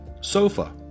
sofa